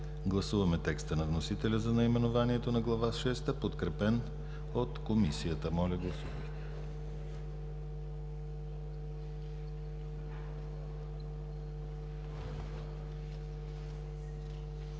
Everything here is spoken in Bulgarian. Гласуваме текста на вносителя за наименованието на Глава осма, подкрепен от Комисията. Гласували